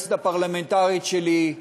היועצת הפרלמנטרית שלי,